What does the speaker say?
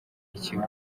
ikigo